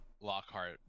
Lockhart